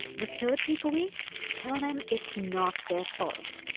the third takeaway tell them it's not their fault.